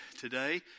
today